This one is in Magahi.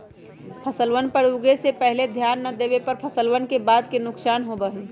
फसलवन पर उगे से पहले ध्यान ना देवे पर फसलवन के बाद के नुकसान होबा हई